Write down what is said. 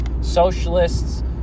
socialists